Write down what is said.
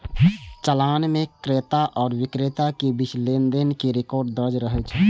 चालान मे क्रेता आ बिक्रेता के बीच लेनदेन के रिकॉर्ड दर्ज रहै छै